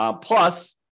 Plus